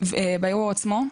בערעור עצמו,